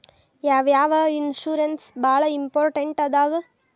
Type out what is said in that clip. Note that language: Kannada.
ಯಾವ್ಯಾವ ಇನ್ಶೂರೆನ್ಸ್ ಬಾಳ ಇಂಪಾರ್ಟೆಂಟ್ ಅದಾವ?